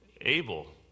Abel